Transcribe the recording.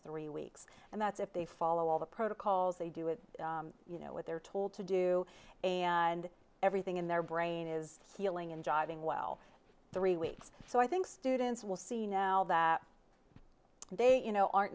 three weeks and that's if they follow all the protocols they do it you know what they're told to do and everything in their brain is healing and jiving well three weeks so i think students will see now that they you know aren't